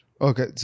Okay